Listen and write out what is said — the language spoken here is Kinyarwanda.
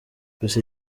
gusa